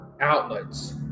outlets